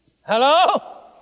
Hello